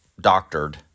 doctored